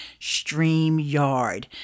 StreamYard